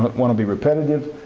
but want to be repetitive.